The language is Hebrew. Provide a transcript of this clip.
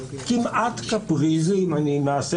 אל תעשה